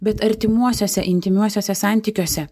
bet artimuosiuose intymiuosiuose santykiuose